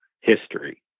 history